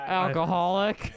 alcoholic